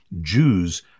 Jews